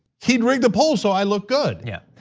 he'd rig the poll, so i look good. yeah,